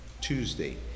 Tuesday